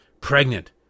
Pregnant